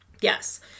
Yes